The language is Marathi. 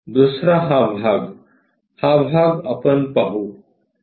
दुसरा हा भाग हा भाग आपण पाहू